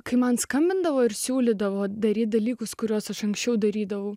kai man skambindavo ir siūlydavo daryti dalykus kuriuos aš anksčiau darydavau